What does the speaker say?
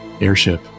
airship